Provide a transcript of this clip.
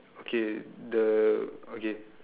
okay the okay